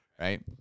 right